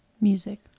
Music